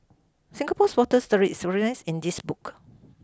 Singapore's water story is in this book